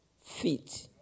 feet